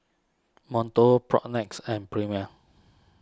Monto Propnex and Premier